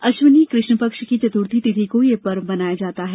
अश्विनी कृष्णपक्ष की चतुर्थी तिथि को यह पर्व मनाया जाता है